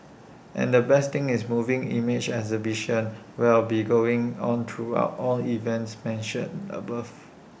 and the best thing is A moving image exhibition will be going on throughout all events mentioned above